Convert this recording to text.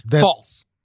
False